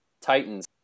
Titans